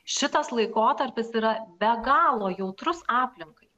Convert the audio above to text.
šitas laikotarpis yra be galo jautrus aplinkai